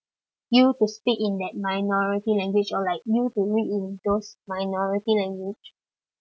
you to speak in that minority language or like need you to read in those minority language